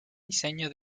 diseño